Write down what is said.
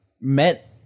met